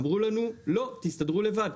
אמרו לנו, לא, תסתדרו לבד.